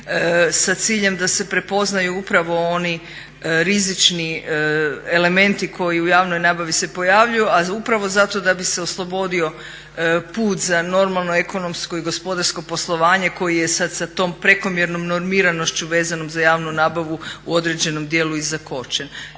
sa ciljem da se prepoznaju upravo oni rizični elementi koji u javnoj nabavi se pojavljuju, a upravo zato da bi se oslobodio put za normalno ekonomsko i gospodarsko poslovanje koji je sad sa tom prekomjernom normiranošću vezanom za javnu nabavu u određenom dijelu i zakočen.